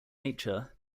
nature